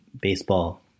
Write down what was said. baseball